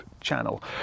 channel